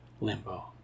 limbo